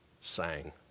sang